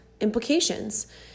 implications